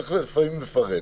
צריך לפעמים לפרט.